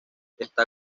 está